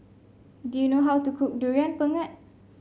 do you know how to cook Durian Pengat